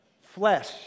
Flesh